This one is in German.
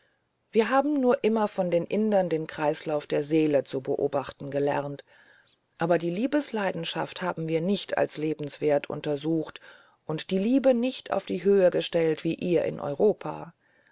wir haben nur immer von den indern den kreislauf der seele zu beobachten gelernt aber die liebesleidenschaft haben wir nicht als lebenswert untersucht und haben die liebe nicht auf die höhe gestellt wie ihr in europa